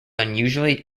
unusually